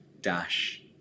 Dash